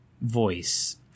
voice